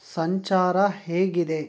ಸಂಚಾರ ಹೇಗಿದೆ